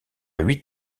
huit